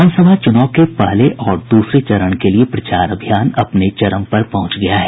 विधानसभा चुनाव के पहले और दूसरे चरण के लिए प्रचार अभियान अपने चरम पर पहुंच गया है